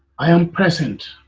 i am present,